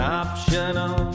optional